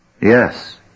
Yes